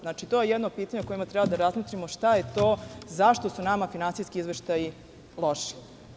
Znači, to je jedno pitanje o kojem treba da razmotrimo šta je to, zašto su nama finansijski izveštaji loši.